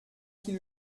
qu’il